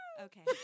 Okay